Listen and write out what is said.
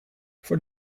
voor